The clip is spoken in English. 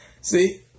See